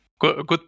Good